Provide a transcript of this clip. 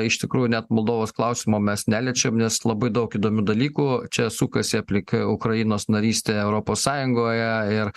iš tikrųjų net moldovos klausimo mes neliečiam nes labai daug įdomių dalykų čia sukasi aplink ukrainos narystę europos sąjungoje ir